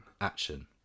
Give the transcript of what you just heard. action